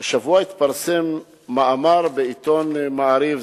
השבוע התפרסם מאמר בעיתון "מעריב",